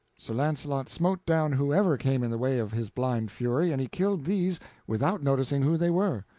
sir launcelot smote down whoever came in the way of his blind fury, and he killed these without noticing who they were.